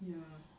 ya